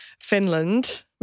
Finland